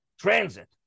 transit